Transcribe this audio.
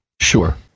Sure